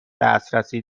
دسترسی